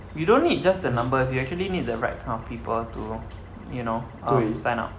we don't need just the numbers you actually need the right kind of people to you know uh to sign up